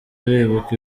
bibuka